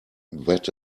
that